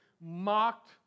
mocked